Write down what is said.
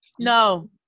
no